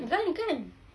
kan kan